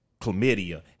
Chlamydia